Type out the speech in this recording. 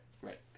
right